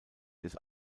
des